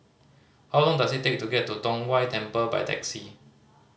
how long does it take to get to Tong Whye Temple by taxi